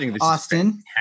Austin